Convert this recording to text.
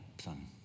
son